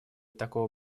такого